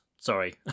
sorry